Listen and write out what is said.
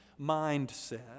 mindset